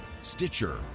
Stitcher